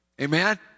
Amen